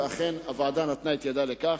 ואכן הוועדה נתנה את ידה לכך.